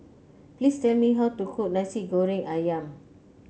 please tell me how to cook Nasi Goreng ayam